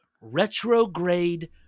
Retrograde